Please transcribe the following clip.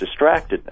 distractedness